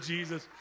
Jesus